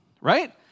right